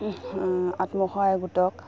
আত্মসায়ক গোটক